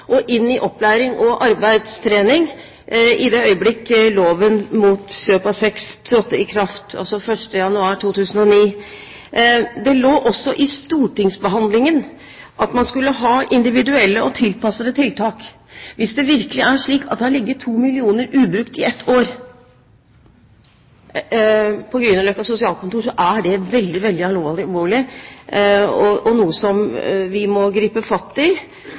og inn i opplæring og arbeidstrening i det øyeblikk loven mot kjøp av sex trådte i kraft 1. januar 2009. Det lå også i stortingsbehandlingen at man skulle ha individuelle og tilpassede tiltak. Hvis det virkelig er slik at det har ligget 2 mill. kr ubrukt i ett år på Grünerløkka sosialkontor, er det veldig alvorlig og noe som vi må gripe fatt i.